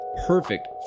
Perfect